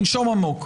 תנשום עמוק.